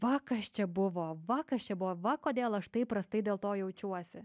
va kas čia buvo va kas čia buvo va kodėl aš taip prastai dėl to jaučiuosi